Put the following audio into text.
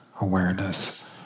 awareness